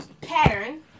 pattern